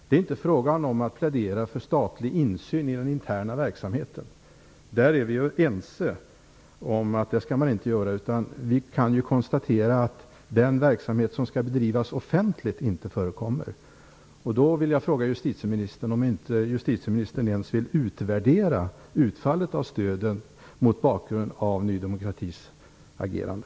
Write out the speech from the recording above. Det är inte fråga om att plädera för statlig insyn i den interna verksamheten. Vi är ense om att man inte skall göra det. Men vi kan ju konstatera att den verksamhet som skall bedrivas offentligt inte förekommer. Jag vill fråga justitieministern om hon inte ens vill utvärdera utfallet av stödet mot bakgrund av Ny demokratis agerande.